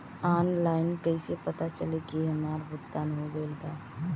Online कईसे पता चली की हमार भुगतान हो गईल बा?